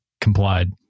complied